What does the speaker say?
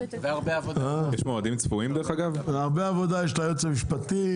הרבה עבודה יש ליועץ המשפטי,